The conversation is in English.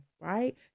right